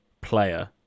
player